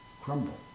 crumble